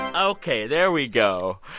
ok. there we go.